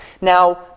Now